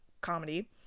comedy